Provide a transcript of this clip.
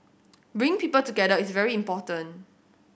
bring people together is very important